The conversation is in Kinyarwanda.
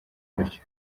gutyo